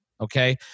okay